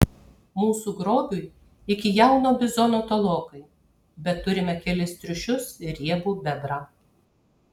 mūsų grobiui iki jauno bizono tolokai bet turime kelis triušius ir riebų bebrą